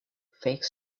fake